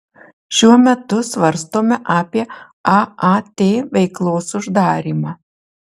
šiuo metu svarstome apie aat veiklos uždarymą